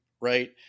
right